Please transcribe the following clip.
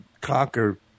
conquer